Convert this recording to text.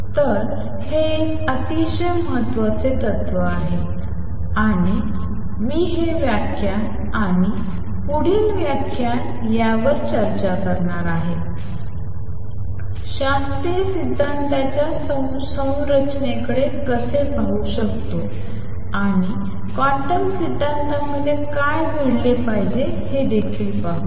तर हे एक अतिशय महत्त्वाचे तत्त्व आहे आणि मी हे व्याख्यान आणि पुढील व्याख्यान यावर चर्चा करणार आहे आणि शास्त्रीय सिद्धांताच्या संरचनेकडे कसे पाहू शकतो आणि क्वांटम सिद्धांतामध्ये काय घडले पाहिजे हे देखील पाहू